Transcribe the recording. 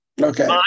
Okay